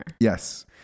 Yes